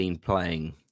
playing